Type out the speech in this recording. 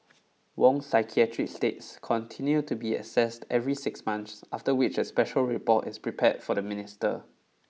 Wong's psychiatric states continue to be assessed every six months after which a special report is prepared for the minister